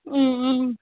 ம் ம்